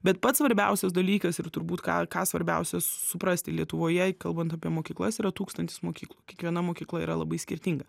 bet pats svarbiausias dalykas ir turbūt ką ką svarbiausia suprasti lietuvoje kalbant apie mokyklas yra tūkstantis mokyklų kiekviena mokykla yra labai skirtinga